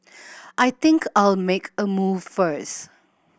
I think I'll make a move first